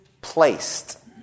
placed